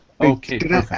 Okay